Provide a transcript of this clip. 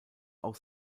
auch